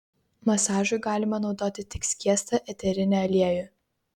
masažui galima naudoti tik skiestą eterinį aliejų